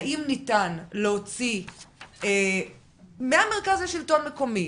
אם ניתן להוציא מהמרכז לשלטון מקומי,